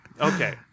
Okay